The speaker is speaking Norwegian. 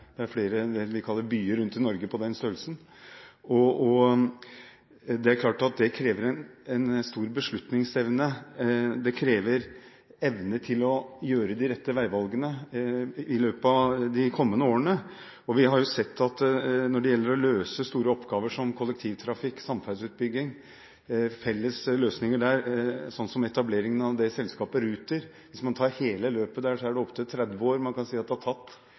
det er i det vi kaller byer på den størrelsen rundt omkring i Norge. Det er klart at det krever en stor beslutningsevne. Det krever evne til å gjøre de rette veivalgene i løpet av de kommende årene. Vi har jo sett at når det gjelder å løse store oppgaver som kollektivtrafikk, samferdselsutbygging, felles løsninger der, slik som etablering av selskapet Ruter, har det tatt opptil 30 år – hvis man tar hele dette løpet